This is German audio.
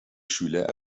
schüler